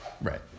right